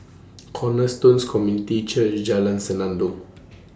Cornerstone Community Church Jalan Senandong